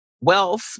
wealth